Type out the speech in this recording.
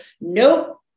Nope